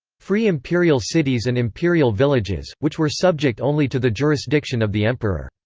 free imperial cities and imperial villages, which were subject only to the jurisdiction of the emperor.